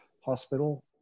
hospital